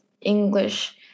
English